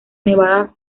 nevada